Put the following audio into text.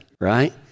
right